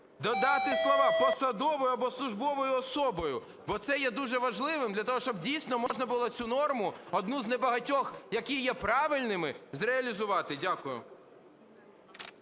додати слова "посадовою чи службовою особою", бо це є дуже важливим для того, щоб дійсно можна було цю норму, одну з небагатьох, які є правильними, зреалізувати. Дякую.